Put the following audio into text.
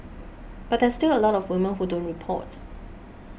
but there's still a lot of women who don't report